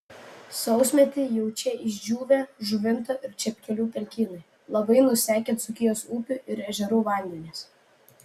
sausmetį jaučia išdžiūvę žuvinto ir čepkelių pelkynai labai nusekę dzūkijos upių ir ežerų vandenys